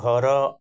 ଘର